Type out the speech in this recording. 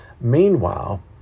Meanwhile